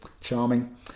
Charming